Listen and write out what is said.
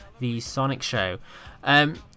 thesonicshow